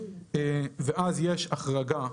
ואז יש החרגה,